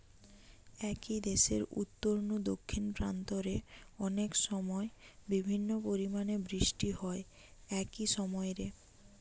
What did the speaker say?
একই দেশের উত্তর নু দক্ষিণ প্রান্ত রে অনেকসময় বিভিন্ন পরিমাণের বৃষ্টি হয় একই সময় রে